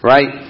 Right